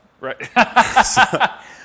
Right